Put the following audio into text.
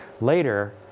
Later